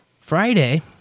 Friday